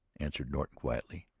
answered norton quietly.